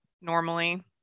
normally